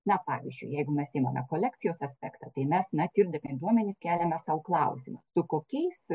na pavyzdžiui jeigu mes imame kolekcijos aspektą tai mes na tirdami duomenis keliame sau klausimą su kokiais